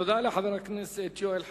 תודה לחבר הכנסת יואל חסון.